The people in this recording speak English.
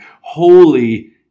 Holy